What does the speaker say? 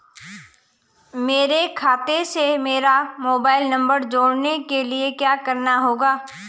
मेरे खाते से मेरा मोबाइल नम्बर जोड़ने के लिये क्या करना होगा?